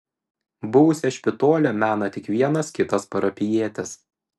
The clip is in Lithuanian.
buvusią špitolę mena tik vienas kitas parapijietis